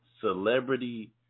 celebrity